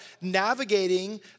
navigating